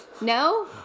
No